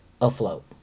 afloat